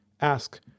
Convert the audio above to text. ask